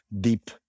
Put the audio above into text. deep